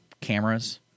cameras